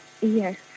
Yes